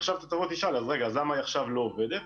עכשיו תבוא ותשאל, למה עכשיו היא לא עובדת?